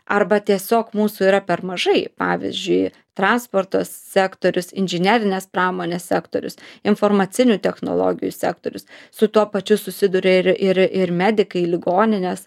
arba tiesiog mūsų yra per mažai pavyzdžiui transporto sektorius inžinerinės pramonės sektorius informacinių technologijų sektorius su tuo pačiu susiduria ir ir ir medikai ligoninės